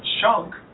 chunk